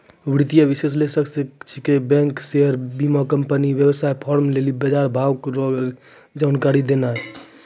वित्तीय विश्लेषक रो काम छिकै बैंक शेयर बीमाकम्पनी वेवसाय फार्म लेली बजारभाव रो जानकारी देनाय